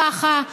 ככה,